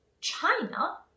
China